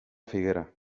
figuera